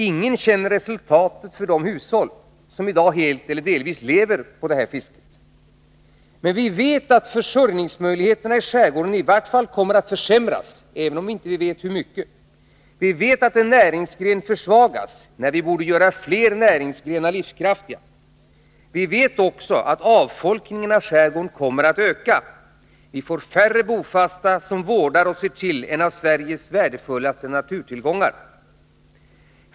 Ingen känner resultatet för de hushåll som i dag helt eller delvis lever på detta fiske. Men vi vet att försörjningsmöjligheterna i skärgården i varje fall kommer att försämras, även om vi inte vet hur mycket. Vi vet att en näringsgren kommer att försvagas, fastän vi borde göra flera livskraftiga. Vi vet också att avfolkningen av skärgården kommer att öka. Vi får färre bofasta, som vårdar och ser till en av Sveriges värdefullaste naturtillgångar.